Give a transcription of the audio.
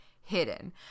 hidden